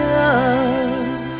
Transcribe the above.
love